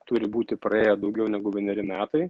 turi būti praėję daugiau negu vieneri metai